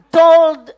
told